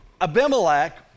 Abimelech